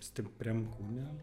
stipriam kūne